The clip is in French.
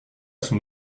son